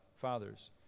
fathers